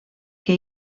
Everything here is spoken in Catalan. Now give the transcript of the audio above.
que